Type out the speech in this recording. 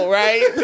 right